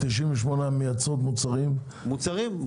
98 מחלבות שמייצרות מוצרים --- מוצרים.